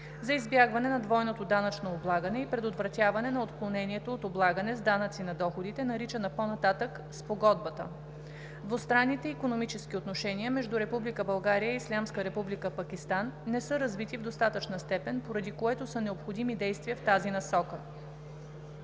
за избягване на двойното данъчно облагане и предотвратяване на отклонението от облагане с данъци на доходите, наричана по-нататък „Спогодбата“. Двустранните икономически отношения между Република България и Ислямска република Пакистан не са развити в достатъчна степен, поради което са необходими действия в тази насока.